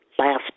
last